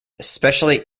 especially